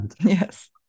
Yes